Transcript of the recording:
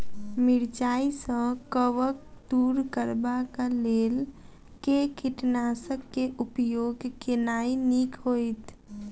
मिरचाई सँ कवक दूर करबाक लेल केँ कीटनासक केँ उपयोग केनाइ नीक होइत?